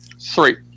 Three